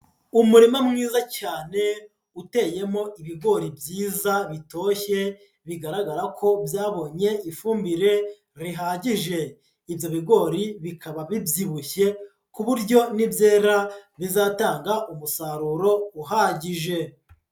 Umurima mwiza cyane uteyemo ibigori byiza bitoshye, bigaragara ko byabonye ifumbire rihagije, ibyo bigori bikaba bibyibushye ku buryo nibyera bizatanga umusaruro uhagije.